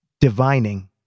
Divining